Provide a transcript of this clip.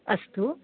अस्तु